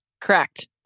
Correct